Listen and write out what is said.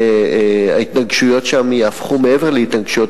וההתנגשויות יהפכו שם מעבר להתנגשויות